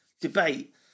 debate